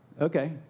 Okay